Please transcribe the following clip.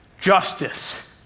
justice